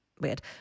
weird